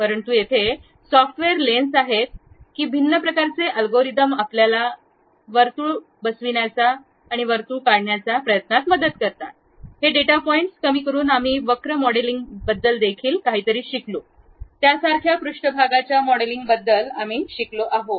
परंतु येथे software lens आहेत की भिन्न प्रकारचे अल्गोरिदम आपल्या भोवती वर्तुळ बसविण्याचा प्रयत्न करतात हे डेटा पॉइंट्स कमी करून आम्ही वक्र मॉडेलिंगबद्दल देखील काहीतरी शिकलो त्यासारख्या पृष्ठभागाच्या मॉडेलिंग बद्दल काहीतरी शिकलो आहोत